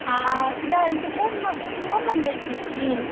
आ इधर सुपौलमे विष्णो मंदिर छै की